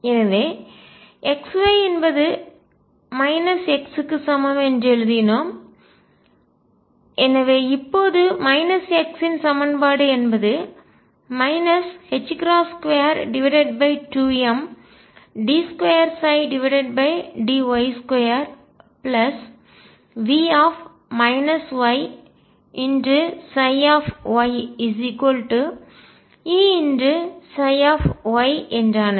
எனவே x y என்பது x க்கு சமம் என்று எழுதினோம் எனவே இப்போது x இன் சமன்பாடு என்பது 22md2dy2V yyEψy என்றானது